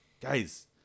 guys